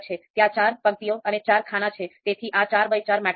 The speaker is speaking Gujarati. ત્યાં ચાર પંક્તિઓ અને ચાર ખાના છે તેથી આ ચાર બાય ચાર મેટ્રિક્સ છે